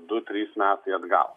du trys metai atgal